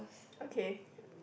okay